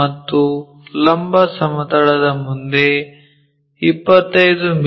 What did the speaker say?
ಮತ್ತು ಲಂಬ ಸಮತಲದ ಮುಂದೆ 25 ಮಿ